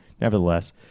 nevertheless